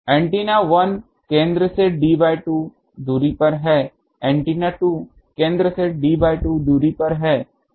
antenna 1 केंद्र से d2 दूरी पर है एंटीना 2 केंद्र से d2 दूरी पर है